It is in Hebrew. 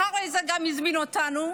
אחרי זה גם הזמין אותנו,